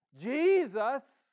Jesus